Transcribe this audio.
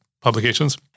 Publications